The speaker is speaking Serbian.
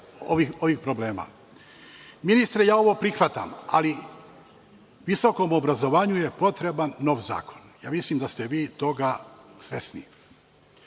ovih problema. Ministre, ja ovo prihvatam, ali visokom obrazovanju je potreban nov zakon. Ja mislim da ste vi toga svesni. Ono